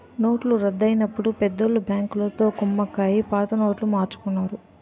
నోట్ల రద్దు అయినప్పుడు పెద్దోళ్ళు బ్యాంకులతో కుమ్మక్కై పాత నోట్లు మార్చుకున్నారు